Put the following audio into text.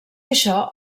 això